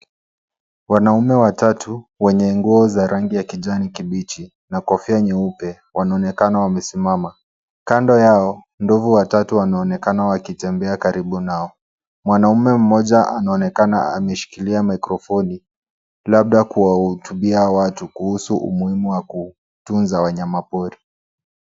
Wanaume watatu wenye nguo za rangi ya kijani kibichi na kofia nyeupe wanaonekana wamesimama. Kando yao, ndovu watatu wanaonekana wakitembea karibu nao. Mwanaume mmoja anaonekana ameshikilia microphone labda kuwahutibia watu kuhusu umuhimu wa kutunza wanyama pori.